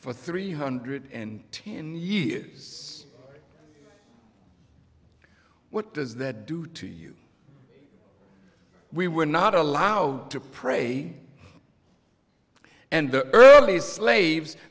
for three hundred and ten years what does that do to you we were not allowed to pray and the early slaves